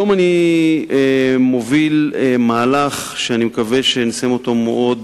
אני מוביל היום מהלך שאני מקווה לסיים אותו במהרה